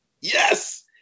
Yes